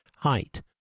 Height